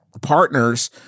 partners